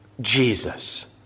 Jesus